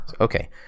okay